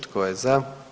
Tko je za?